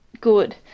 good